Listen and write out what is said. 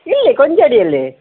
ಇಲ್ಲೇ ಕೊಂಜಾಡಿಯಲ್ಲಿ